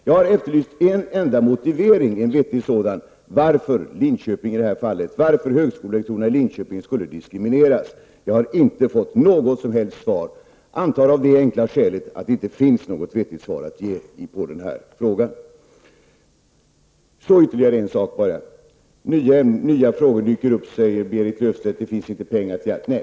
Jag har efterlyst en enda vettig motivering varför högskolelektorerna i Linköping skulle diskrimineras. Jag har inte fått något som helst svar, antagligen av det enkla skälet att det inte finns något vettigt svar att ge på frågan. Så ytterligare en sak bara. Nya frågor dyker upp, säger Berit Löfstedt, och det finns inte pengar till allt.